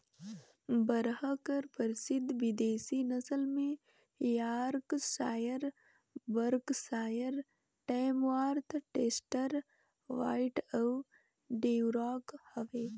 बरहा कर परसिद्ध बिदेसी नसल में Yorkshire, Berkshire, Tamworth, Chester White अउ ड्यूरॉक हवे